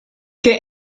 che